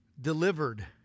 Delivered